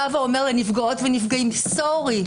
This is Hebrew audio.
בא ואומר לנפגעות ולנפגעים: סורי,